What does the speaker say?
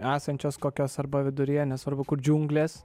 esančios kokios arba viduryje nesvarbu kur džiunglės